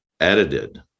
edited